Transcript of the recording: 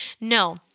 no